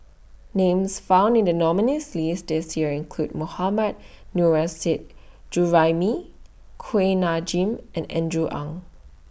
Names found in The nominees' list This Year include Mohammad Nurrasyid Juraimi Kuak Nam Jin and Andrew Ang